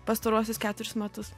pastaruosius ketverius metus